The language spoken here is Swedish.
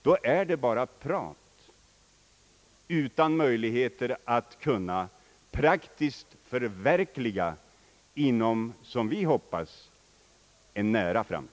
Då är det bara prat utan möjligheter att kunna praktiskt förverkligas inom, som vi i socialdemokratin hoppas, en nära framtid.